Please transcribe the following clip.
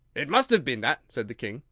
it must have been that, said the king,